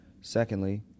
Secondly